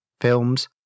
films